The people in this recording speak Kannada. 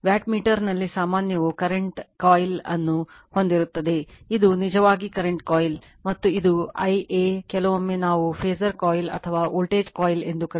ವ್ಯಾಟ್ಮೀಟರ್ನಲ್ಲಿ ಸಾಮಾನ್ಯವು ಕರೆಂಟ್ ಕಾಯಿಲ್ ಅನ್ನು ಹೊಂದಿರುತ್ತದೆ ಇದು ನಿಜವಾಗಿ ಕರೆಂಟ್ ಕಾಯಿಲ್ ಮತ್ತು ಇದು Iam ಕೆಲವೊಮ್ಮೆ ನಾವು ಫಾಸರ್ ಕಾಯಿಲ್ ಅಥವಾ ವೋಲ್ಟೇಜ್ ಕಾಯಿಲ್ ಎಂದು ಕರೆಯುತ್ತೇವೆ